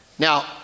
Now